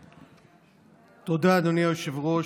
תודה, אדוני היושב-ראש.